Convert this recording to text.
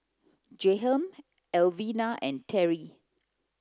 Jahiem Elvina and Terri